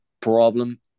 problem